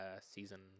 season